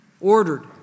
Ordered